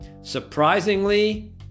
Surprisingly